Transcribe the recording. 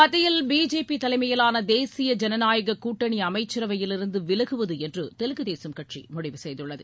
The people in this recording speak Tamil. மத்தியில் பிஜேபி தலைமையிலான தேசிய ஜனநாயக கூட்டணி அமைச்சரவையிலிருந்து விலகுவது என்று தெலுகு தேசம் முடிவு செய்துள்ளது